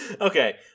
Okay